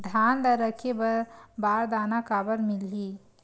धान ल रखे बर बारदाना काबर मिलही?